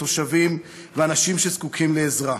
התושבים והאנשים שזקוקים לעזרה.